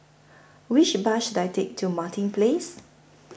Which Bus should I Take to Martin Place